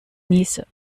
niese